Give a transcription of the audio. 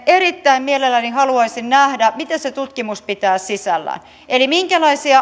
erittäin mielelläni haluaisin nähdä mitä se tutkimus pitää sisällään eli minkälaisia